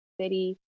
City